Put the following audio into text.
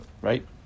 right